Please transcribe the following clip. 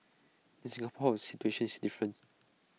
in Singapore situation is different